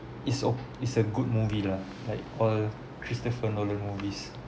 it's o~ it's a good movie lah like all christopher nolan movies